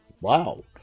Wow